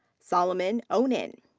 solomon onen.